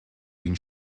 been